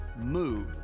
MOVE